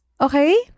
Okay